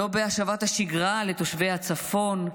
לא בהשבת השגרה לתושבי הצפון,